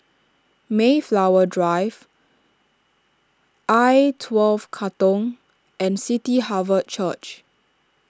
Mayflower Drive I twelve Katong and City Harvest Church